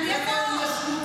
אני אצא.